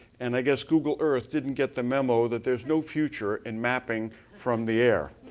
and i guess google earth didn't get the memo that there's no future in mapping from the air.